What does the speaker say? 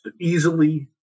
easily